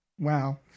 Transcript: Wow